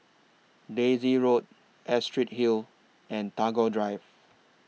Daisy Road Astrid Hill and Tagore Drive